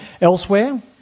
elsewhere